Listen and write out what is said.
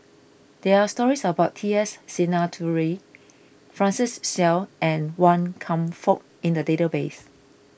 there are stories about T S Sinnathuray Francis Seow and Wan Kam Fook in the database